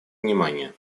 внимания